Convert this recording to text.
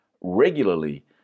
Regularly